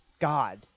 God